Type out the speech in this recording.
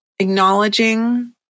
acknowledging